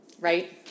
right